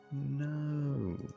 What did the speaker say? No